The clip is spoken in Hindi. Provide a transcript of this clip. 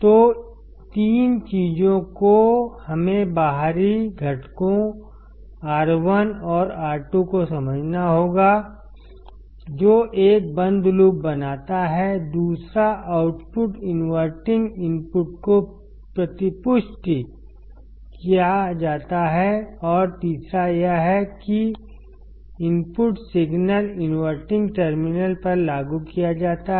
तो तीन चीजों को हमें बाहरी घटकों R 1 और R 2 को समझना होगा जो एक बंद लूप बनाता है दूसरा आउटपुट इनवर्टिंग इनपुट को प्रतिपुष्टि किया जाता है और तीसरा यह है कि इनपुट सिग्नल इनवर्टिंग टर्मिनल पर लागू किया जाता है